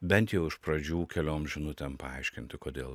bent jau iš pradžių keliom žinutėm paaiškinti kodėl